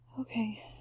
Okay